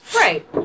Right